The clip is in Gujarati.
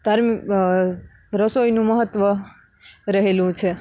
ધર્મ રસોઈનું મહત્ત્લ રહેલું છે